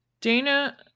Dana